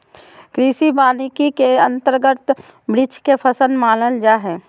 कृषि वानिकी के अंतर्गत वृक्ष के फसल मानल जा हइ